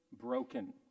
broken